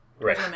right